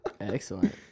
Excellent